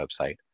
website